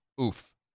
Oof